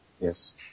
Yes